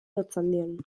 otxandion